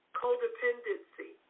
codependency